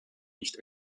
nicht